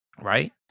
right